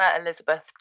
Elizabeth